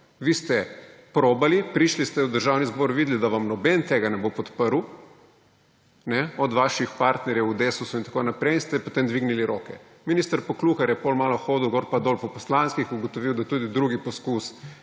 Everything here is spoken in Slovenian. Vi ste probali. Prišli ste v Državni zbor, videli, da vam noben tega ne bo podprl od vaših partnerjev v Desusu in tako naprej, ste potem dvignili roke. Minister Poklukar je potem malo hodil gor in dol po poslanskih skupinah in ugotovil, da tudi drugi poskus